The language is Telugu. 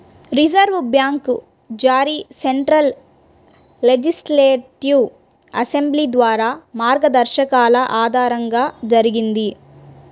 రిజర్వు బ్యాంకు జారీ సెంట్రల్ లెజిస్లేటివ్ అసెంబ్లీ ద్వారా మార్గదర్శకాల ఆధారంగా జరిగింది